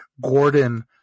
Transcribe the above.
Gordon